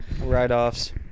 Write-offs